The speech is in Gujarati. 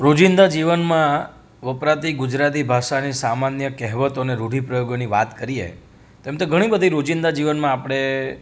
રોજિંદા જીવનમાં વપરાતી ગુજરાતી ભાષાની સામાન્ય કહેવતોને રૂઢિપ્રયોગોની વાત કરીએ તેમ તો ઘણી બધી રોજિંદા જીવનમાં આપણી